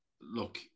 look